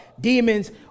demons